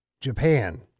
Japan